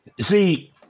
see